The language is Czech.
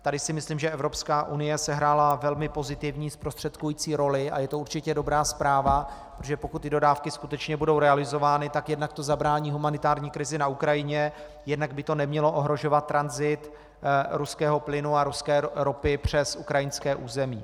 Tady si myslím, že Evropská unie sehrála velmi pozitivní zprostředkující roli a je to určitě dobrá zpráva, že pokud ty dodávky skutečně budou realizovány, tak to jednak zabrání humanitární krizi na Ukrajině, jednak by to nemělo ohrožovat tranzit ruského plynu a ruské ropy přes ukrajinské území.